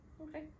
Okay